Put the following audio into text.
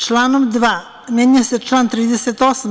Članom 2. menja se član 38.